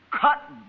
cut